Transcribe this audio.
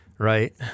Right